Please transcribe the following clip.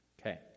Okay